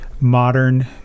Modern